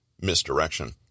misdirection